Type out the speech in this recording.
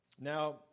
Now